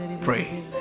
pray